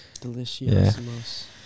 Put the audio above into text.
Delicious